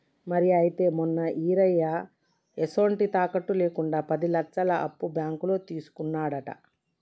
మరి అయితే మొన్న ఈరయ్య ఎసొంటి తాకట్టు లేకుండా పది లచ్చలు అప్పు బాంకులో తీసుకున్నాడట